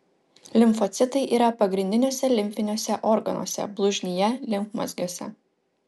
limfocitai yra pagrindiniuose limfiniuose organuose blužnyje limfmazgiuose